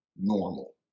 normal